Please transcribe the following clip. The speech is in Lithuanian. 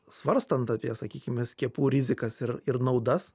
svarstant apie sakykim skiepų rizikas ir ir naudas